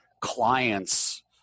clients